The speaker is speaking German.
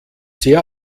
sehr